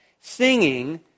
Singing